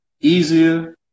easier